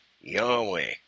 Yahweh